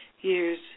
years